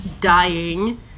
dying